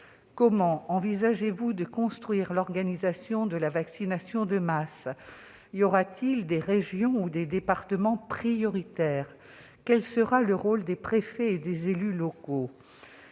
Comment envisagez-vous de construire l'organisation de la vaccination de masse ? Y aura-t-il des régions ou des départements prioritaires ? Quel sera le rôle des préfets et des élus locaux ?